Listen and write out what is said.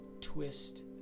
twist